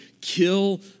kill